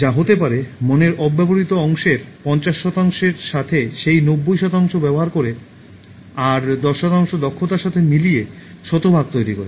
যা হতে পারে মনের অব্যবহৃত অংশের পঞ্চাশ শতাংশের সাথে সেই নব্বই শতাংশ ব্যবহার করে আর দশ শতাংশ দক্ষতার সাথে মিলিয়ে শতভাগ তৈরি করে